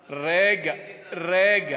רגע,